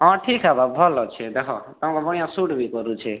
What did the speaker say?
ହଁ ଠିକ୍ ହେବା ଭଲ୍ ଅଛେ ଦେଖ ପୁଣି ସୁଟ୍ ବି କରୁଛେ